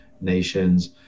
nations